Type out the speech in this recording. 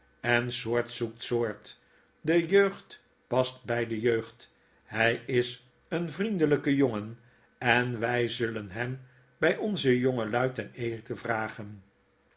en soort zoekt soort de jeugd past oy de jeugd hy is een vriendelyke jongen en wy zullen hem by onze jonfelui ten eten vragen